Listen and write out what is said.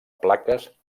plaques